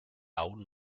aún